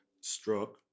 struck